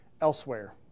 elsewhere